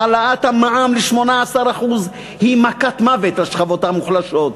העלאת המע"מ ל-18% היא מכת מוות לשכבות המוחלשות.